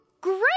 Great